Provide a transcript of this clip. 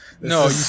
no